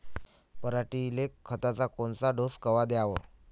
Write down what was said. पऱ्हाटीले खताचा कोनचा डोस कवा द्याव?